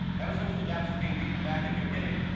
ever since the japs had been beaten back in new guinea,